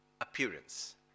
appearance